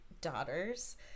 daughters